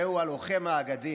זהו הלוחם האגדי